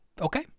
okay